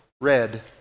Red